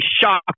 shocked